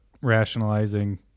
rationalizing